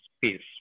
peace